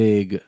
Big